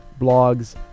blogs